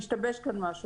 השתבש כאן משהו.